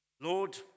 Lord